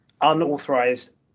unauthorized